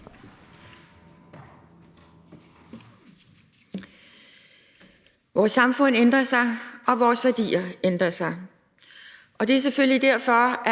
Vores samfund ændrer sig, og vores værdier ændrer sig. Det er selvfølgelig derfor,